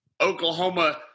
Oklahoma